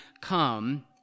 come